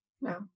No